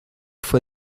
fue